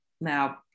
now